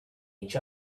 each